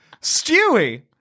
Stewie